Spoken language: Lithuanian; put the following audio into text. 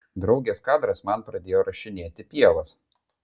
draugės kadras man pradėjo rašinėti pievas